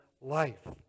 life